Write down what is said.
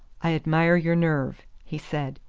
i admire your nerve, he said,